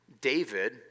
David